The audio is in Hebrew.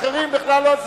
ועל אחרים בכלל לא.